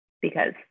because-